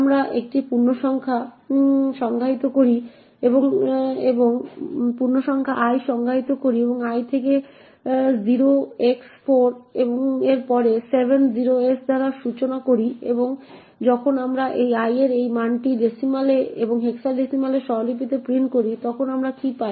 আমরা একটি পূর্ণসংখ্যা l সংজ্ঞায়িত করি এবং l থেকে 0x4 এর পরে 7 0s দ্বারা সূচনা করি এবং যখন আমরা l এর এই মানটিকে ডেসিমাল এবং হেক্সা ডেসিমাল স্বরলিপিতে প্রিন্ট করি তখন আমরা কী পাই